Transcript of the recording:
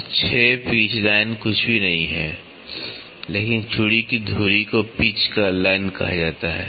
तो 6 pitch line कुछ भी नहीं है लेकिन चूड़ी की धुरी को पिच लाइन कहा जाता है